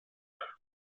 north